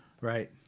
Right